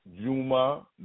Juma